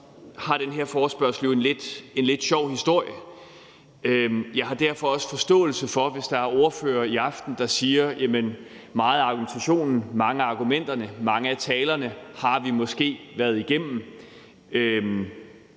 har den her forespørgsel en lidt sjov historie. Jeg har derfor også forståelse for det, hvis der er ordførere i aften, der siger, at meget af argumentationen, mange af argumenterne, mange af talerne har vi måske været igennem.